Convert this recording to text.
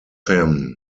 him